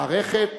מערכת